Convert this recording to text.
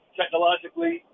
technologically